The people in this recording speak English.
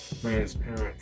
transparent